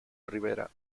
rivera